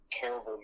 terrible